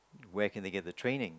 where can they get the training